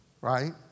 right